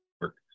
work